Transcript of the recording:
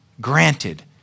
Granted